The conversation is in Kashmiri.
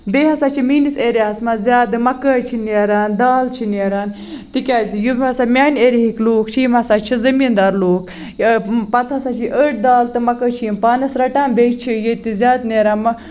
بیٚیہِ ہسا چھِ میٲنِس ایریا ہَس منٛز زیادٕ مَکٲے چھِ نیران دال چھِ نیران تِکیازِ یِم ہسا میٲنہِ ایریا ہٕکۍ لُکھ چھِ یِم ہسا چھِ زٔمیٖن دار لُکھ پَتہٕ ہسا چھِ أڑۍ دال تہٕ مَکٲے ہسا چھِ یِم پانَس رَٹان بیٚیہِ چھِ ییٚتہِ زیادٕ نیران